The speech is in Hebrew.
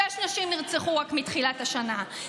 שש נשים נרצחו רק מתחילת השנה,